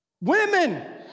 Women